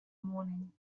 morning